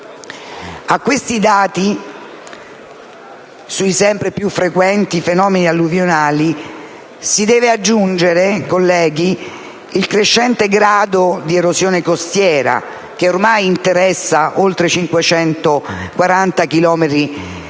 A questi dati sui sempre più frequenti fenomeni alluvionali si deve aggiungere, colleghi, il crescente grado di erosione costiera, che ormai interessa oltre 540 chilometri lineari